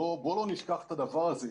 בואו לא נשכח את הדבר הזה.